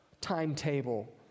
timetable